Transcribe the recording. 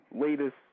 latest